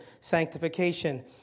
sanctification